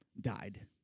died